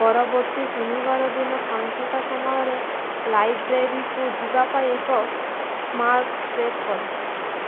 ପରବର୍ତ୍ତୀ ଶନିବାର ଦିନ ପାଞ୍ଚଟା ସମୟରେ ଲାଇବ୍ରେରୀକୁ ଯିବା ପାଇଁ ଏକ ସ୍ମାରକ ସେଟ୍ କର